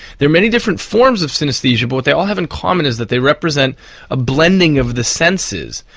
there are many different forms of synesthesia but what they all have in common is that they represent a blending of the senses.